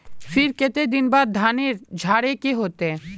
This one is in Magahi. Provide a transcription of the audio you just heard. फिर केते दिन बाद धानेर झाड़े के होते?